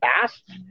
fast